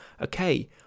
okay